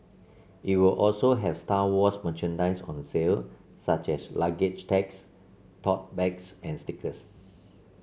it will also have Star Wars merchandise on sale such as luggage tags tote bags and stickers